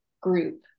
group